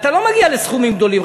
אתה לא מגיע לסכומים גדולים,